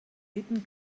hidden